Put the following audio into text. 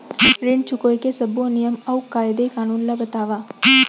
ऋण चुकाए के सब्बो नियम अऊ कायदे कानून ला बतावव